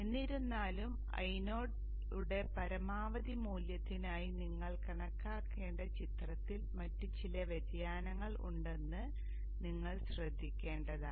എന്നിരുന്നാലും Io യുടെ പരമാവധി മൂല്യത്തിനായി നിങ്ങൾ കണക്കാക്കേണ്ട ചിത്രത്തിൽ മറ്റ് ചില വ്യതിയാനങ്ങൾ ഉണ്ടെന്ന് നിങ്ങൾ ശ്രദ്ധിക്കേണ്ടതാണ്